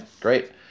Great